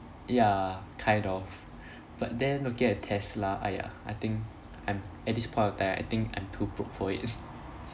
ya kind of but then looking at tesla !aiya! I think I'm at this point of time I think I'm too broke for it